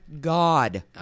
God